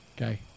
Okay